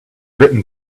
written